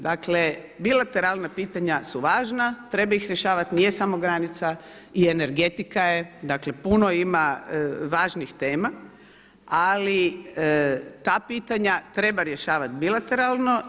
Dakle bilateralna pitanja su važna, treba ih rješavati, nije samo granica i energetika je, dakle puno ima važnih tema ali ta pitanja treba rješavati bilateralno.